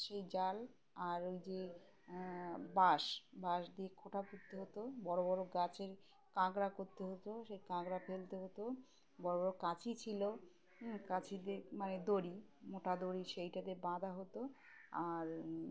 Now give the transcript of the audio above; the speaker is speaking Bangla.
সেই জাল আর ওই যে বাঁশ বাঁশ দিয়ে খোঁটা পুঁততে হতো বড় বড় গাছের কাঁকড়া করতে হতো সেই কাঁকড়া ফেলতে হতো বড় বড় কাছি ছিল কাছি দিয়ে মানে দড়ি মোটা দড়ি সেইটাতে বাঁধা হতো আর